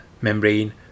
membrane